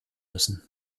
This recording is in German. müssen